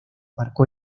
marcó